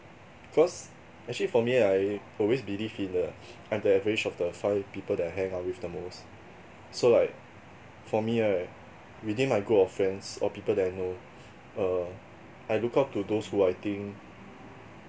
because actually for me I always believe in uh I'm the average of the five people that I hang out with the most so like for me right within my group of friends or people that I know err I look up to those who I think